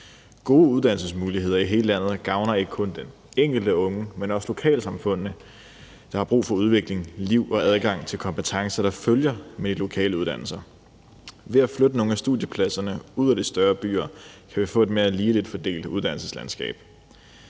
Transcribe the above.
Gode uddannelsesmuligheder i hele landet gavner ikke kun den enkelte unge, men også lokalsamfundene, der har brug for udvikling, liv og adgang til kompetencer, der følger med de lokale uddannelser. Ved at flytte nogle af studiepladserne ud af de større byer kan vi få et mere ligeligt fordelt uddannelseslandskab.